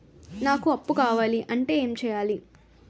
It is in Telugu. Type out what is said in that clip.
నాకు అప్పు కావాలి అంటే ఎం చేయాలి?